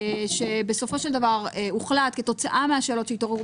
בסופו של דבר הוחלט כתוצאה מהשאלות שהתעוררו